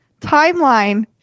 timeline